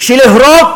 כשעל-פי רוב,